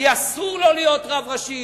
מי אסור לו להיות רב ראשי,